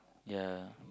ya